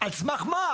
על סמך מה?